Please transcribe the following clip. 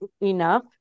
enough